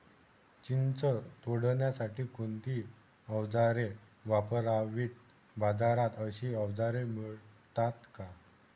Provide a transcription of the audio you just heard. चिंच तोडण्यासाठी कोणती औजारे वापरावीत? बाजारात अशी औजारे मिळतात का?